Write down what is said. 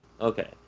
Okay